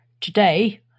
today